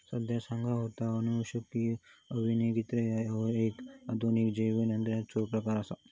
संध्या सांगा होता, अनुवांशिक अभियांत्रिकी ह्यो एक आधुनिक जैवतंत्रज्ञानाचो प्रकार आसा